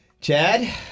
Chad